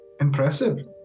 Impressive